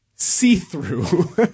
see-through